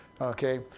Okay